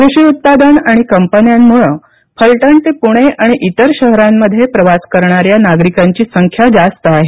कृषी उत्पादन आणि कंपन्यांमुळे फलटण ते पूणे आणि इतर शहरांमध्ये प्रवास करणाऱ्या नागरिकांची संख्या जास्त आहे